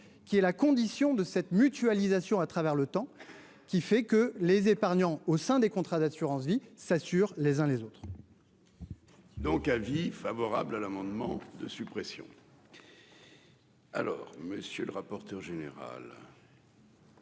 qui est la condition de cette mutualisation, à travers le temps qui fait que les épargnants au sein des contrats d'assurance-vie ça sur les uns les autres. Donc, avis favorable à l'amendement de suppression. Alors monsieur le rapporteur général.